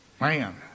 Man